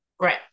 Right